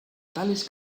tales